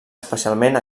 especialment